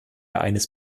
eines